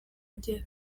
agera